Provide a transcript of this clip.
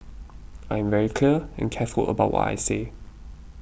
I am very clear and careful about what I say